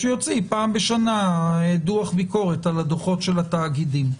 שיוציא פעם בשנה דוח ביקורת על הדוחות של התאגידים.